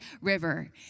River